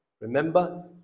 Remember